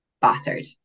battered